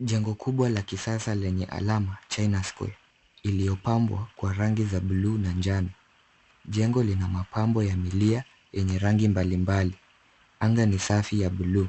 Jengo kubwa la kisasa lenye alama China Square iliyopambwa kwa rangi za buluu na njano. Jengo lina mapambo ya milia yenye rangi mbalimbali. Anga ni safi ya buluu.